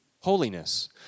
Holiness